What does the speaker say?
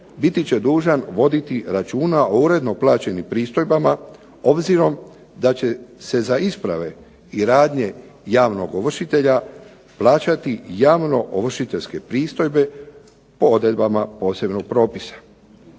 biti će dužan voditi računa o uredno plaćenim pristojbama, obzirom da će se za isprave i radnje javnog ovršitelja plaćati javnoovršiteljske pristojbe po odredbama posebnog propisa.